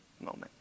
moment